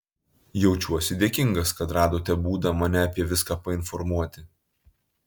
jaučiuosi dėkingas kad radote būdą mane apie viską painformuoti